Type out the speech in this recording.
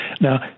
now